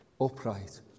upright